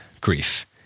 grief